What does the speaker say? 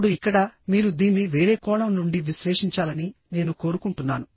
ఇప్పుడు ఇక్కడ మీరు దీన్ని వేరే కోణం నుండి విశ్లేషించాలని నేను కోరుకుంటున్నాను